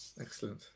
Excellent